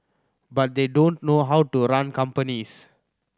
but they don't know how to run companies